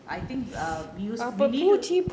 I think err we also we need to